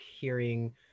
hearing